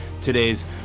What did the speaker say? today's